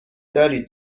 دارید